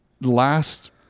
Last